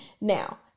Now